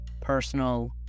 personal